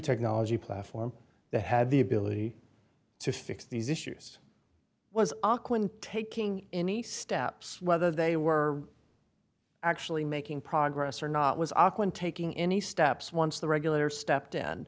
technology platform that had the ability to fix these issues was taking any steps whether they were actually making progress or not was awkward taking any steps once the regula